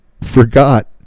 forgot